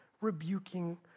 rebuking